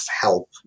help